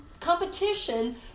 competition